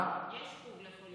יש חוג לכל ילד.